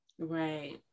Right